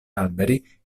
alberi